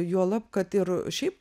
juolab kad ir šiaip